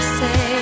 say